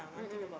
mmhmm